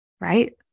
right